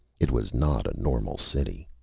it was not a normal city.